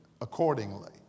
accordingly